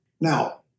Now